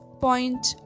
point